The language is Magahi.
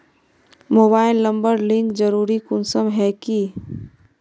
मोबाईल नंबर लिंक जरुरी कुंसम है की?